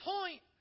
point